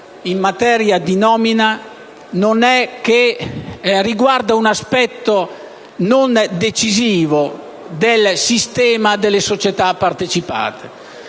in materia di nomina nelle società pubbliche, riguardi un aspetto non decisivo del sistema delle società partecipate.